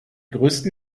größten